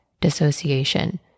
dissociation